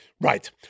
Right